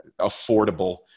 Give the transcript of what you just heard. affordable